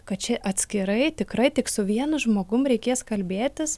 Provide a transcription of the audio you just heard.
kad čia atskirai tikrai tik su vienu žmogum reikės kalbėtis